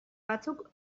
batzuk